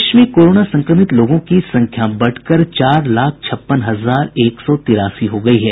देश में कोरोना संक्रमित लोगों की संख्या बढ़कर चार लाख छप्पन हजार एक सौ तिरासी हो गई है